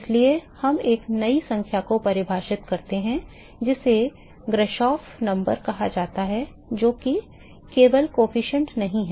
इसलिए हम एक नई संख्या को परिभाषित करते हैं जिसे ग्राशॉफ संख्या कहा जाता है जो कि केवल गुणांक नहीं है